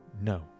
no